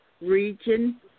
region